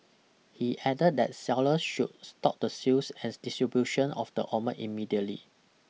he added that sellers should stop the sales and distribution of the immediately